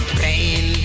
pain